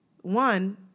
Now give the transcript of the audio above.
one